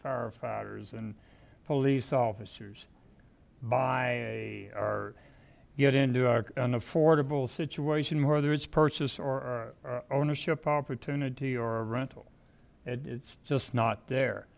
firefighters and police officers buy or get into an affordable situation whether its purchase or ownership opportunity or a rental and it's just not there